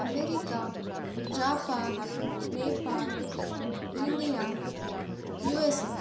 America Japan Nepal India USA